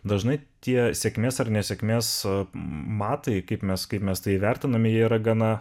dažnai tie sėkmės ar nesėkmės matai kaip mes kaip mes tai įvertiname yra gana